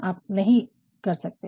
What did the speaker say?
आप नहीं कर सकते हैं